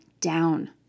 down